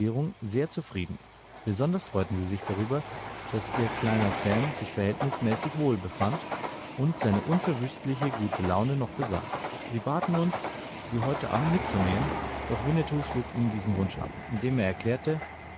sehr zufrieden besonders freuten sie sich darüber daß ihr kleiner sam sich verhältnismäßig wohl befand und seine unverwüstliche gute laune noch besaß sie baten uns sie heut abend mitzunehmen doch winnetou schlug ihnen diesen wunsch ab indem er erklärte